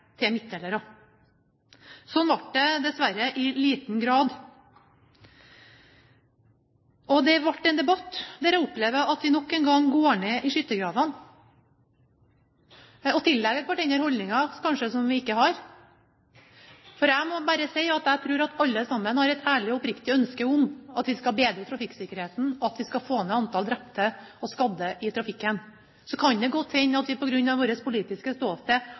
til midtdelere. Slik ble det dessverre i liten grad. Det ble en debatt der jeg opplever at vi nok en gang går i skyttergravene og tillegger hverandre holdninger som vi kanskje ikke har. For jeg må bare si at jeg tror at alle sammen har et ærlig og oppriktig ønske om at vi skal bedre trafikksikkerheten, og at vi skal få ned antall drepte og skadde i trafikken. Så kan det godt hende at vi på grunn av våre politiske